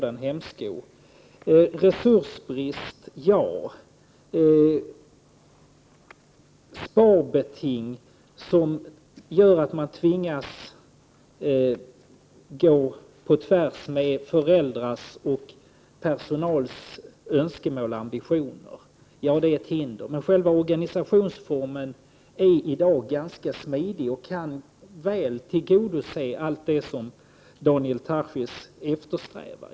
Det råder resursbrist, och det finns sparbeting som gör att man tvingas handla tvärtemot föräldrars och personals önskemål och ambitioner, och det är ett hinder, men själva organisationen är i dag ganska smidig och kan väl tillgodose alla de önskemål som Daniel Tarschys uttryckte.